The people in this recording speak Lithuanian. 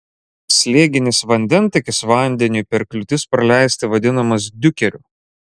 slėginis vandentakis vandeniui per kliūtis praleisti vadinamas diukeriu